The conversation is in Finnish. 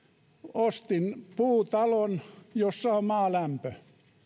ostin puutalon jossa on maalämpö